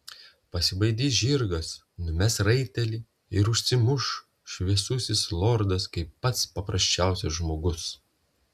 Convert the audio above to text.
pasibaidys žirgas numes raitelį ir užsimuš šviesusis lordas kaip pats paprasčiausias žmogus